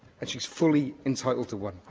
and she's fully entitled to one,